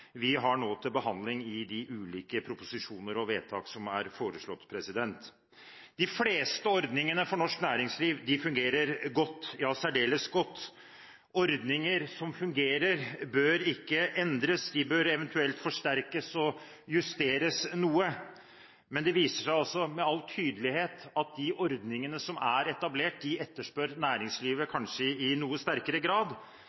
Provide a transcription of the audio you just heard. vi nå har til behandling i de ulike proposisjoner og vedtak som er foreslått. De fleste ordningene for norsk næringsliv fungerer godt, ja særdeles godt. Ordninger som fungerer, bør ikke endres, de bør eventuelt forsterkes og justeres noe. Men det viser seg altså med all tydelighet at de ordningene som er etablert, de etterspør næringslivet kanskje i noe sterkere grad,